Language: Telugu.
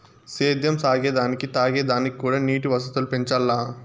సేద్యం సాగే దానికి తాగే దానిక్కూడా నీటి వసతులు పెంచాల్ల